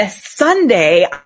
Sunday